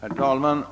Herr talman!